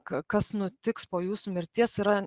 ka kas nutiks po jūsų mirties yra